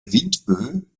windböe